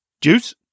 Juice